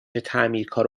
تعمیرکار